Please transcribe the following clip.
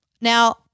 Now